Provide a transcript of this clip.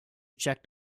checked